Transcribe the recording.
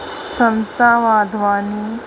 Santa Wadhwani